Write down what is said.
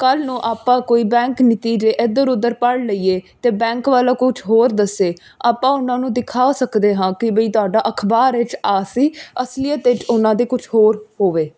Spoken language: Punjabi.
ਕੱਲ੍ਹ ਨੂੰ ਆਪਾਂ ਕੋਈ ਬੈਂਕ ਨੀਤੀ ਜੇ ਇੱਧਰ ਉੱਧਰ ਪੜ੍ਹ ਲਈਏ ਅਤੇ ਬੈਂਕ ਵਾਲਾ ਕੁਝ ਹੋਰ ਦੱਸੇ ਆਪਾਂ ਉਹਨਾਂ ਨੂੰ ਦਿਖਾ ਸਕਦੇ ਹਾਂ ਕਿ ਬਈ ਤੁਹਾਡਾ ਅਖਬਾਰ ਇਹ 'ਚ ਆਹ ਸੀ ਅਸਲੀਅਤ ਵਿੱਚ ਉਹਨਾਂ ਦੇ ਕੁਛ ਹੋਰ ਹੋਵੇ